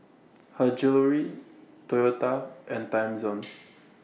Her Jewellery Toyota and Timezone